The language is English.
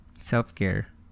self-care